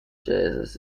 jesus